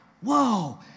Whoa